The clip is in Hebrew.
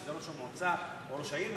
שזה ראש המועצה או ראש העיר,